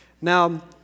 Now